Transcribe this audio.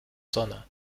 sonne